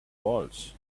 faults